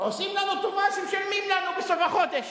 עושים לנו טובה שמשלמים לנו בסוף החודש.